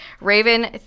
Raven